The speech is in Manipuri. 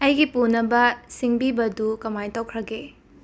ꯑꯩꯒꯤ ꯄꯨꯅꯕ ꯁꯤꯡꯕꯤꯕꯗꯨ ꯀꯃꯥꯏꯅ ꯇꯧꯈ꯭ꯔꯒꯦ